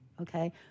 Okay